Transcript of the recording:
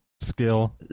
Skill